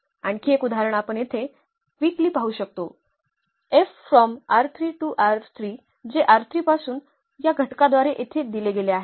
आणखी एक उदाहरण आपण येथे क्विकली पाहू शकतो जे पासून या घटकाद्वारे येथे दिले गेले आहे